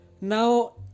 now